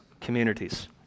communities